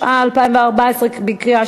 ולהצביע.